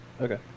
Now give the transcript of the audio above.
Okay